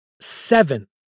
seven